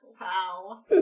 Wow